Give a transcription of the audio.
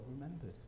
remembered